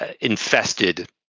infested